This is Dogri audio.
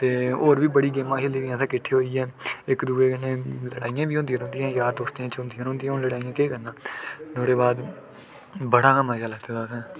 ते होर बी बड़ी गेमां खेली दियां असें किट्ठे होइयै इक दूए कन्नै लड़ाइयां बी होंदियां रौंह्दियां यार दोस्तें च होंदियां रौंह्दियां हून लड़ाइयां केह् करना नुहाड़े बाद बड़ा गै मजा लैते दा असें